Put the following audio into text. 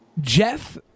Jeff